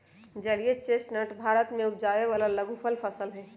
जलीय चेस्टनट भारत में उपजावे वाला लघुफल फसल हई